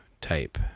type